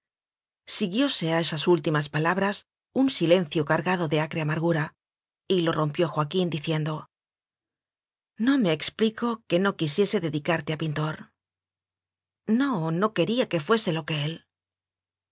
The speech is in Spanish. siguióse a esas últimas palabras un silencio cargado de acre amargura y lo rompió joaquín di ciendo no me explico que no quisiese dedicarte a pintor no no quería que fuese lo que él